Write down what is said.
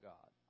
God